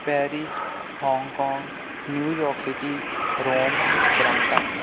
Paris Hong Kong New York city Rome Brampton